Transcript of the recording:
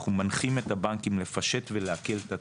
אנחנו מנחים את הבנקים לפשט ולהקל את התהליך.